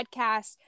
Podcast